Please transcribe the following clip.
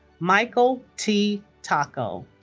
michael t. tocco